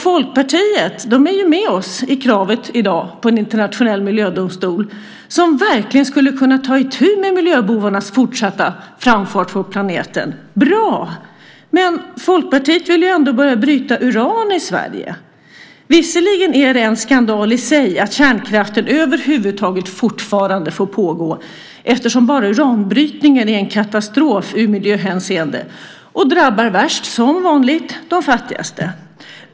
Folkpartiet är med oss i kravet i dag på en internationell miljödomstol som verkligen skulle kunna ta itu med miljöbovarnas fortsatta framfart på planeten. Bra! Men Folkpartiet vill ju ändå börja bryta uran i Sverige. Visserligen är det en skandal i sig att kärnkraften över huvud taget fortfarande får pågå eftersom bara uranbrytningen är en katastrof ur miljöhänseende och värst drabbar - som vanligt - de fattigaste.